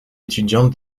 étudiante